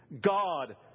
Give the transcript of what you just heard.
God